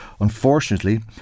unfortunately